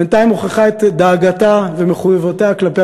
בינתיים מוכיחה את דאגתה ומחויבויותיה כלפי